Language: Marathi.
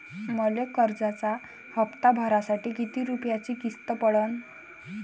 मले कर्जाचा हप्ता भरासाठी किती रूपयाची किस्त पडन?